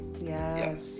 Yes